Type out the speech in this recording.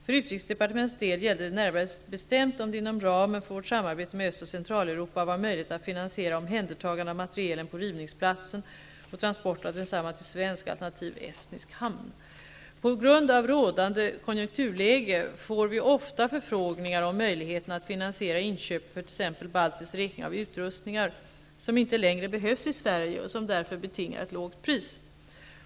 För utrikesdepartementets del gällde det närmare bestämt om det inom ramen för vårt samarbete med Östoch Centraleuropa var möjligt att finansiera omhändertagande av materielen på rivningsplatsen och transport av densamma till svensk, alternativt estnisk, hamn. På grund av rådande konjunkturläge får vi ofta förfrågningar om möjligheten att finansiera inköp för t.ex. baltisk räkning av utrustningar, som inte längre behövs i Sverige och som därför betingar ett lågt pris.